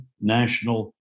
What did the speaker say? national